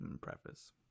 Preface